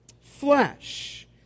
Flesh